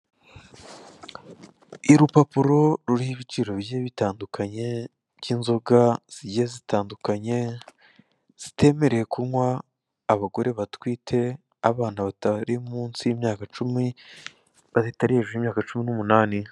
Urupapuro ruriho ibiciro bigiye bitandukanye by'inzoga zigiye zitandukanye, zitemerewe kunywa abagore batwite, abana batari munsi y'imyaka cumi, batari hejuru y'imyaka cumi n'umunani.